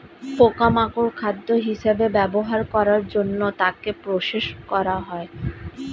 পোকা মাকড় খাদ্য হিসেবে ব্যবহার করার জন্য তাকে প্রসেস করা হয়